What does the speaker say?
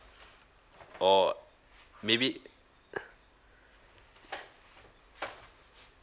orh maybe